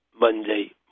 Monday